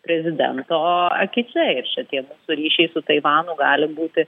prezidento akyse ir šitie ryšiai su taivanu gali būti